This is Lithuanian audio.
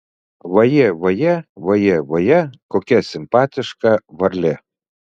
vajė vajė vajė vajė kokia simpatiška varlė